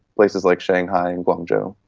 places like shanghai and guangzhou.